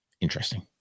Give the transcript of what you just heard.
Interesting